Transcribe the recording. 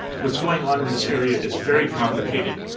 what's going on in this area is very complicated.